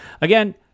Again